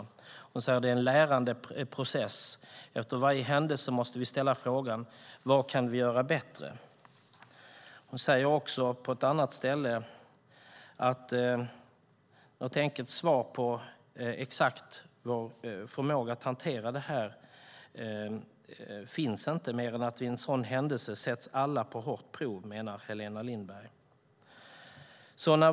Det är en lärande process. Efter varje händelse måste vi ställa frågan: Vad kan vi göra bättre? Hon säger också på ett annat ställe: Något enkelt svar på exakt förmåga att hantera detta finns inte mer än att i en sådan händelse sätts alla på hårt prov. Detta menar alltså Helena Lindberg.